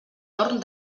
torn